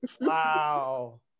wow